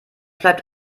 bleibt